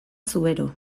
zubero